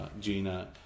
Gina